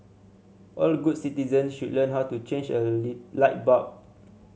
all good citizen should learn how to change a light bulb